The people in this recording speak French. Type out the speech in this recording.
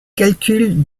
calculs